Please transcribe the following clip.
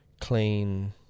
clean